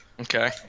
Okay